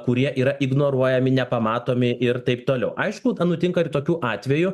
kurie yra ignoruojami nepamatomi ir taip toliau aišku nutinka ir tokių atvejų